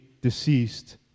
deceased